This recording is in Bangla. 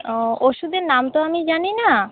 ও ওষুধের নাম তো আমি জানি না